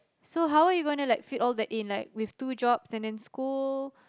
so how are you gonna like fit all that in like with two jobs and then school